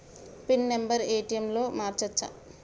Pin number ATM లో మార్చచ్చా?